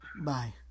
Bye